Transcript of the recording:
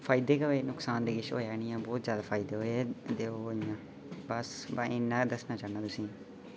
फायदे केह् होए नुक्सान ते किश होआ नी ऐ बहुत ज्यादा फायदे होए ते ओह् इं'यां बस बस इन्ना के दस्सना चाहन्नां में तुसेंगी